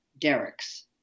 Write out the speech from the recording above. Derek's